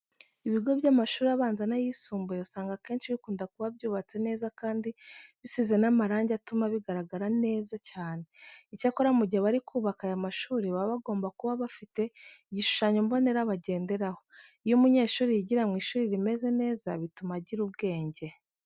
Ibigo by'amashuri abanza n'ayisumbuye usanga akenshi bikunda kuba byubatse neza kandi bisize n'amarange atuma bigaragara neza cyane. Icyakora mu gihe bari kubaka aya mashuri baba bagomba kuba bafite igishushanyo mbonera bagenderaho. Iyo umunyeshuri yigira mu ishuri rimeze neza bituma agira ubwenge.